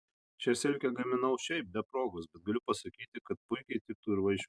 šią silkę gaminau šiaip be progos bet galiu pasakyti kad puikiai tiktų ir vaišių stalui